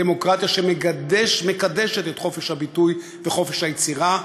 דמוקרטיה שמקדשת את חופש הביטוי וחופש היצירה,